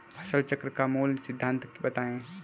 फसल चक्र का मूल सिद्धांत बताएँ?